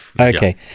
okay